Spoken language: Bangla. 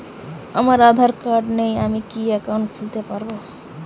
আমার আধার কার্ড নেই আমি কি একাউন্ট খুলতে পারব?